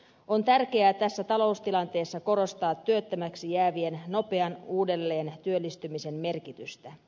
on tärkeää tässä taloustilanteessa korostaa työttömäksi jäävien nopean uudelleen työllistymisen merkitystä